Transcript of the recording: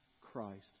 Christ